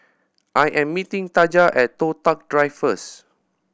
I am meeting Taja at Toh Tuck Drive first